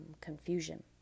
confusion